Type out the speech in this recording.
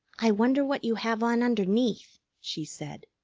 i wonder what you have on underneath, she said.